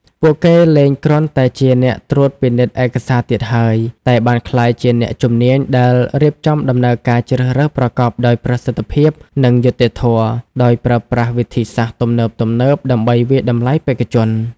ពួកគេលែងគ្រាន់តែជាអ្នកត្រួតពិនិត្យឯកសារទៀតហើយ តែបានក្លាយជាអ្នកជំនាញដែលរៀបចំដំណើរការជ្រើសរើសប្រកបដោយប្រសិទ្ធភាព និងយុត្តិធម៌ ដោយប្រើប្រាស់វិធីសាស្ត្រទំនើបៗដើម្បីវាយតម្លៃបេក្ខជន។